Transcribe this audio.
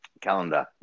calendar